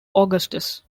augustus